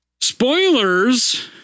Spoilers